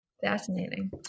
Fascinating